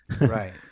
Right